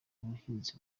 ubuhinzi